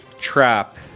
trap